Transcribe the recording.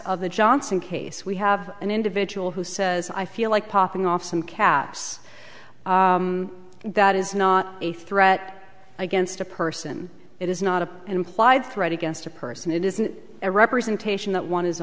of the johnson case we have an individual who says i feel like popping off some caps that is not a threat against a person it is not an implied threat against a person it isn't a representation that one is